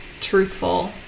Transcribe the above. truthful